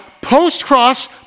post-cross